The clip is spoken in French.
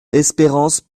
espérance